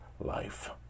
life